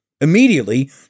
Immediately